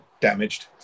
damaged